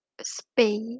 space